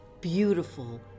beautiful